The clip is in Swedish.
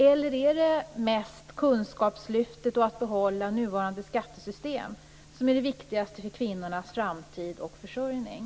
Eller är det mest kunskapslyftet och att behålla nuvarande skattesystem som är det viktigaste för kvinnornas framtid och försörjning?